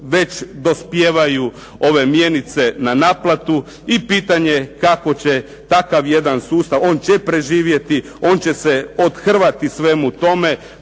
već dospijevaju ove mjenice na naplatu i pitanje je kako će takav jedan sustav, on će preživjeti, on će se othrvati svemu tome,